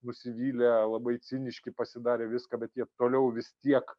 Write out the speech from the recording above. nusivylę labai ciniški pasidarė viską bet jie toliau vis tiek